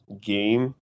game